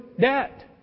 debt